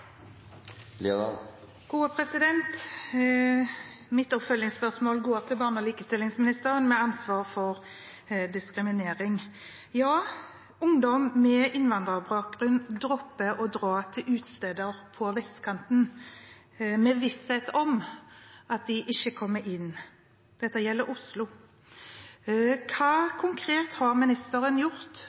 Mitt oppfølgingsspørsmål går til barne- og likestillingsministeren, som har ansvaret for diskriminering. Ungdom med innvandrerbakgrunn dropper å dra til utesteder på vestkanten, med visshet om at de ikke kommer inn. Dette gjelder Oslo. Hva konkret har ministeren gjort